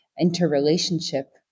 interrelationship